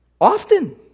often